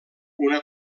una